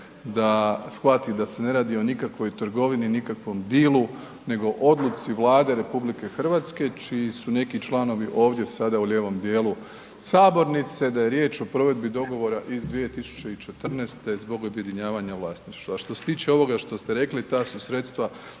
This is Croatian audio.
da shvati da se ne radi o nikakvoj trgovini, nikakvom dealu nego o Odluci Vlade RH čiji su neki članovi ovdje sada u lijevom dijelu sabornice, da je riječ o provedbi dogovora iz 2014. zbog objedinjavanja vlasništva. A što se tiče ovoga što ste rekli, ta su sredstva